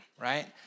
right